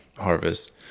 harvest